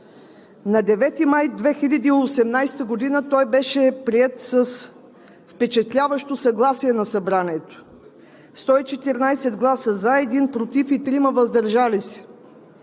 На 9 май 2018 г. той беше приет с впечатляващо съгласие на Събранието – 114 гласа „за“, 1 „против“ и 3 „въздържал се“.